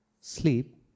sleep